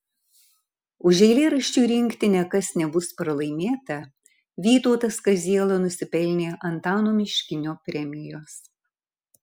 už eilėraščių rinktinę kas nebus pralaimėta vytautas kaziela nusipelnė antano miškinio premijos